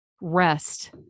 Rest